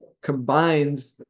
combines